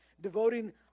devoting